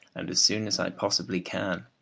and as soon as i possibly can.